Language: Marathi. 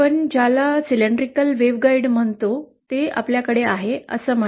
आपण ज्याला सिलिंड्रिकल वेव्हगाईड म्हणतो ते आपल्याकडे आहे असं म्हणा